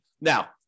now